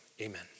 amen